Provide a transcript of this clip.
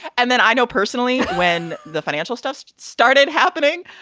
and then i know personally when the financials just started happening,